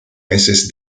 meses